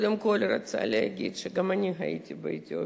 קודם כול, אני רוצה להגיד שגם אני הייתי באתיופיה.